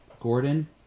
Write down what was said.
Gordon